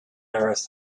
earth